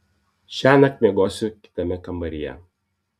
šiąnakt miegosiu kitame kambaryje